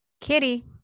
kitty